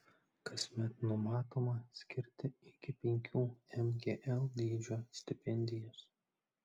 kasmet numatoma skirti iki penkių mgl dydžio stipendijas